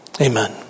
Amen